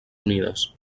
unides